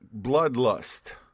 bloodlust